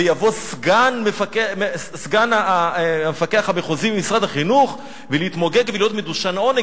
ויבוא סגן המפקח המחוזי במשרד החינוך להתמוגג ולהיות מדושן עונג.